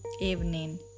evening